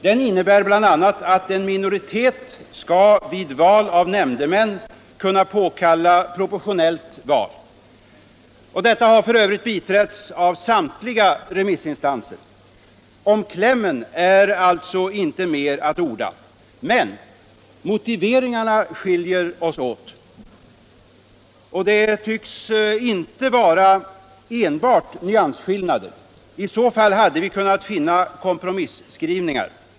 Den innebär bl.a. att en minoritet skall vid val av nämndemän kunna påkalla proportionellt val. Detta har f.ö. biträtts av samtliga remissinstanser. Om klämmen är alltså inte mer att orda. Men motiveringarna skiljer oss åt. Och det tycks inte vara enbart nyansskillnader. I så fall hade vi kunnat finna kompromisskrivningar.